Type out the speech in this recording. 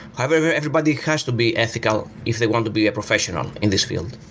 however, everybody has to be ethical if they want to be a professional in this field.